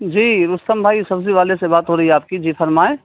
جی رستم بھائی سبزی والے سے بات ہو رہی ہے آپ کی جی فرمائیں